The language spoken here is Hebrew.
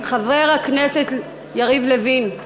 חבר הכנסת יריב לוין,